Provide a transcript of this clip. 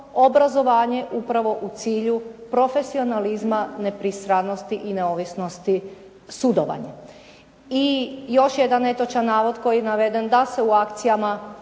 obrazovanje upravo u cilju profesionalizma, nepristranosti i neovisnosti sudovanja. I još jedan netočan navod koji je naveden, da se u akcijama